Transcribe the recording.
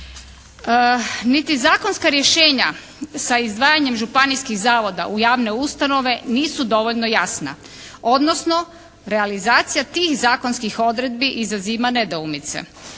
Niti zakonska rješenja sa izdvajanjem županijskih zavoda u javne ustanove nisu dovoljno jasna, odnosno realizacija tih zakonskih odredbi izaziva nedoumice.